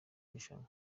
irushanwa